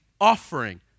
offering